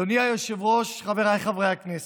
אדוני היושב-ראש, חבריי חברי הכנסת,